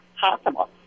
possible